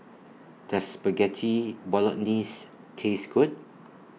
Does Spaghetti Bolognese Taste Good